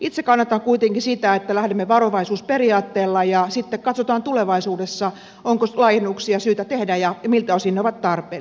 itse kannatan kuitenkin sitä että lähdemme varovaisuusperiaatteella ja sitten katsotaan tulevaisuudessa onko laajennuksia syytä tehdä ja miltä osin ne ovat tarpeellisia